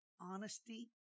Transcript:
honesty